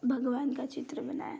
भगवान का चित्र बनाया था